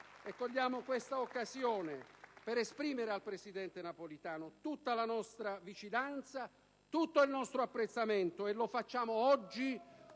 Cogliamo questa occasione per esprimere al presidente Napolitano tutta la nostra vicinanza e tutto il nostro apprezzamento, e lo facciamo oggi